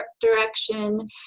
direction